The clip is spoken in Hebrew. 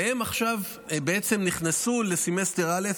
והם עכשיו נכנסו לסמסטר א',